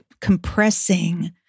compressing